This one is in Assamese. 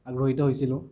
আগ্ৰহীত হৈছিলোঁ